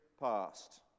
past